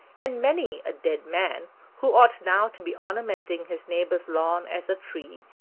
and many a dead man who ought now to be ornamenting his neighbor's lawn as a tree,